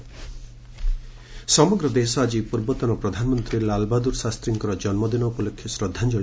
ଶାସ୍ତ୍ରୀ କୟନ୍ତୀ ସମଗ୍ର ଦେଶ ଆଜି ପୂର୍ବତନ ପ୍ରଧାନମନ୍ତ୍ରୀ ଲାଲବାହାଦ୍ରର ଶାସ୍ତ୍ରୀଙ୍କର ଜନୁଦିନ ଉପଲକ୍ଷେ ଶ୍ରଦ୍ଧାଞ୍ଜଳି